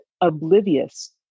oblivious